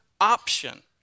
option